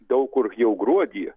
daug kur jau gruodį